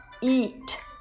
Eat